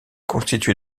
constitué